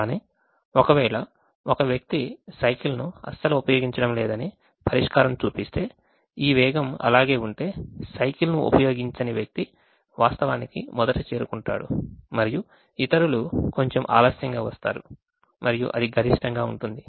కానీ ఒకవేళ ఒక వ్యక్తి సైకిల్ను అస్సలు ఉపయోగించడం లేదని పరిష్కారం చూపిస్తే ఈ వేగం అలాగే ఉంటే సైకిల్ను ఉపయోగించని వ్యక్తి వాస్తవానికి మొదట చేరుకుంటాడు మరియు ఇతరులు కొంచెం ఆలస్యంగా వస్తారు మరియు అది గరిష్టంగా ఉంటుంది